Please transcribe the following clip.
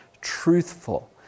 truthful